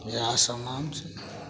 इएह सब नाम छै